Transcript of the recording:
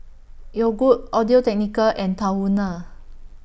Yogood Audio Technica and Tahuna